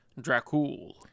Dracul